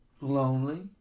lonely